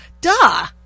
Duh